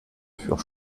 furent